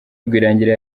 rwirangira